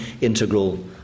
integral